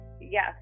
Yes